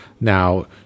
now